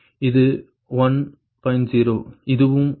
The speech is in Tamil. இது 1 0 இதுவும் 1